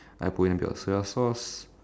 I put in a bit of soy sauce